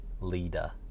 leader